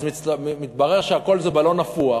אז מתברר שהכול זה בלון נפוח,